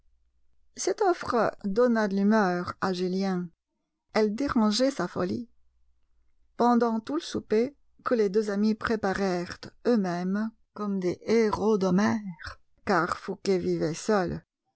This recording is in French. cette offre donna de l'humeur à julien elle dérangeait sa folie pendant tout le souper que les deux amis préparèrent eux-mêmes comme des héros d'homère car fouqué vivait seul